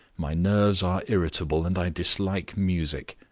my nerves are irritable, and i dislike music.